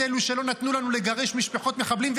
את אלה שלא נתנו לנו לגרש משפחות מחבלים,